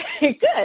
Good